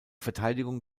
verteidigung